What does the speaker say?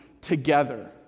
Together